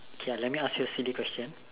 okay let me ask you a silly question